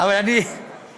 אבל אני מבקש,